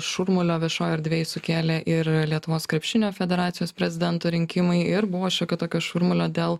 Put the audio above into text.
šurmulio viešoj erdvėj sukėlė ir lietuvos krepšinio federacijos prezidento rinkimai ir buvo šiokio tokio šurmulio dėl